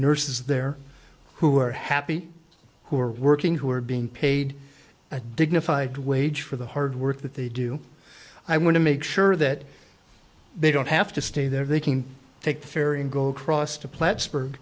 nurses there who are happy who are working who are being paid a dignified wage for the hard work that they do i want to make sure that they don't have to stay there they can take the ferry and go across to plattsburgh